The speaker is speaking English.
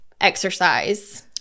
exercise